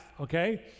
okay